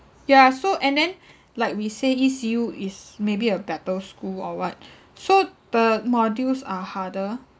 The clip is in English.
yeah so and then like we say E_C_U is maybe a better school or what so the modules are harder